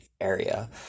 area